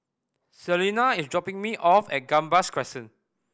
Selina is dropping me off at Gambas Crescent